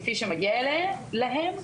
כפי שמגיע להם.